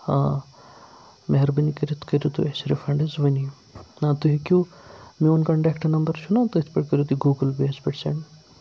آ مہربٲنی کٔرِتھ کٔرِو تُہۍ اَسہِ رِفنڈ حظ ؤنی نہ تُہۍ ہیٚکِو میون کَنٹیکٹ نمبر چھُنا تۄہہِ تٔتھۍ پٮ۪ٹھۍ کٔرِو تُہۍ گوٗگل پے یتھ پٮ۪ٹھ سٮ۪نٛڈ